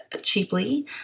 cheaply